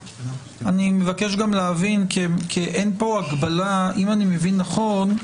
אם אני מבין נכון,